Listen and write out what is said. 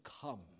come